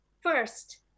first